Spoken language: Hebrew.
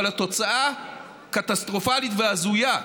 אבל התוצאה קטסטרופלית והזויה.